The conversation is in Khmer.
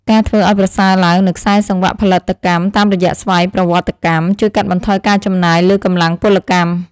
ការធ្វើឱ្យប្រសើរឡើងនូវខ្សែសង្វាក់ផលិតកម្មតាមរយៈស្វ័យប្រវត្តិកម្មជួយកាត់បន្ថយការចំណាយលើកម្លាំងពលកម្ម។